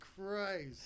Christ